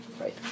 right